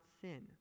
sin